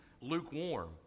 lukewarm